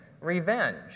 revenge